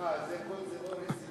מה, כל זה לא רציני?